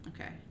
Okay